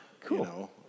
Cool